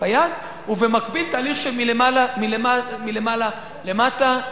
פיאד, ובמקביל תהליך של מלמעלה למטה,